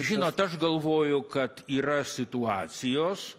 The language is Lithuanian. žinot aš galvoju kad yra situacijos